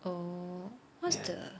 oh what's the